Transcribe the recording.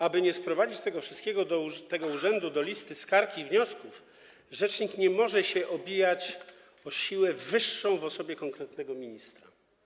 Aby nie sprowadzić tego wszystkiego, tego urzędu, do listy skarg i wniosków, rzecznik nie może się obijać o siłę wyższą w osobie konkretnego ministra.